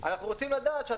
מיום תחילתו של חוק זה.